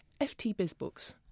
FTBizBooks